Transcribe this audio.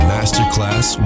Masterclass